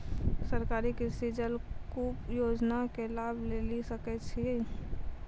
सरकारी कृषि जलकूप योजना के लाभ लेली सकै छिए?